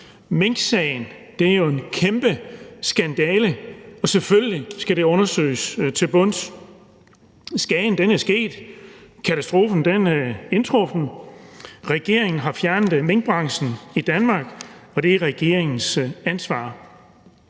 Minksagen er jo en kæmpe skandale, og selvfølgelig skal det undersøges til bunds. Skaden er sket, katastrofen er indtruffet: Regeringen har fjernet minkbranchen i Danmark, og det er regeringens ansvar.